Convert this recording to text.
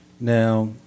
Now